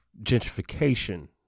gentrification